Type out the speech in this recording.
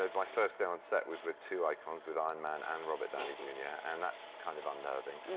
ah my first day on set was with two icons, with iron man and robert downey jr. yeah and that's kind of unnerving,